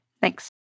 thanks